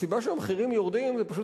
הסיבה שהמחירים יורדים היא כי פשוט